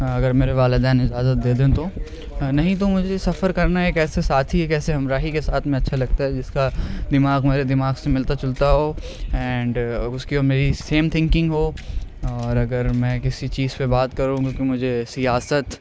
اگر میرے والدین اجازت دے دیں تو نہیں تو مجھے سفر کرنا ایک ایسے ساتھی ایک ایسے ہمراہی کے ساتھ میں اچھا لگتا ہے جس کا دماغ میرے دماغ سے ملتا جلتا ہو اینڈ اس کی اور میری سیم تھنکنگ ہو اور اگر میں کسی چیز پہ بات کروں کہ مجھے سیاست